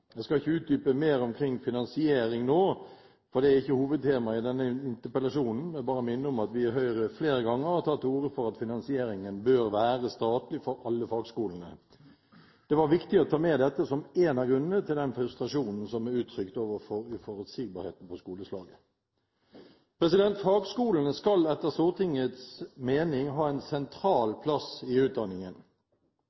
Jeg skal ikke utdype mer omkring finansiering nå, for det er ikke hovedtema i denne interpellasjonen, men bare minne om at vi i Høyre flere ganger har tatt til orde for at finansieringen bør være statlig for alle fagskolene. Det var viktig å ta med dette som en av grunnene til den frustrasjonen som er uttrykt over uforutsigbarheten for skoleslaget. Fagskolene skal etter Stortingets mening ha en sentral